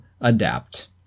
adapt